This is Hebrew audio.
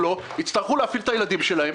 יצטרכו להפעיל את הילדים שלהם.